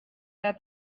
that